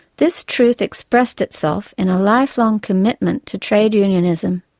this truth expressed itself in a lifelong commitment to trade unionism.